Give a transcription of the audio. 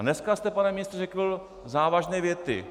Dneska jste, pane ministře, řekl závažné věty.